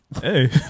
hey